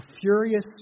furious